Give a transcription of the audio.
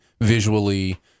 visually